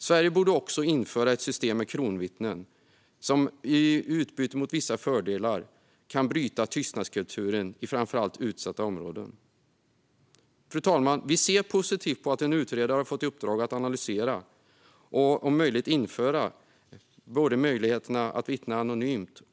Sverige borde också införa ett system med kronvittnen, som i utbyte mot vissa fördelar kan bryta tystnadskulturen i framför allt utsatta områden. Fru talman! Vi ser positivt på att en utredare har fått i uppdrag att analysera om det är möjligt att införa både kronvittnen och möjlighet att vittna anonymt.